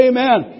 Amen